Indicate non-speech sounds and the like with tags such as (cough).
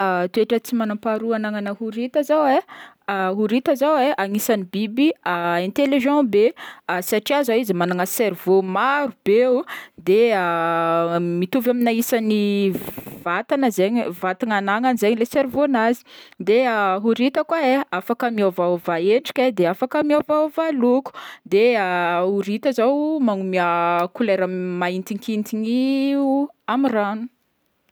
Toetra tsy manam-paharoa agnanana horita zao e, horita zao e anisan'ny biby (hesitation) intelligent be, satria zao izy magnana cerveau maro be, (hesitation) de (hesitation) mitovy amina isan'ny vatagna zegny- vatagna ananany zay le cerveaun'azy de horita koa en afaka miôvaôva endrika e de afaka miôvaôva loko, de (hesitation) horita i zao magnomea kolera mahintikintigny i amy ragno.